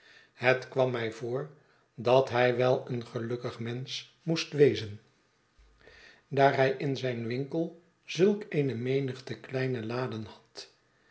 het kwam mij voor dat hij wel een gelukkig mensch moest wezen ik ga met oom pumblechook mee daar hij in zijn winkel zulk eene menigte kleine laden had